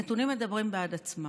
הנתונים מדברים בעד עצמם.